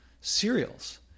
cereals